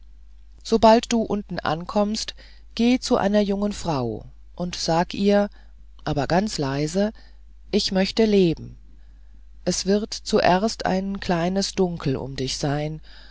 sobald du unten ankommst geh zu einer jungen frau und sag ihr aber ganz leise ich möchte leben es wird zuerst ein kleines dunkel um dich sein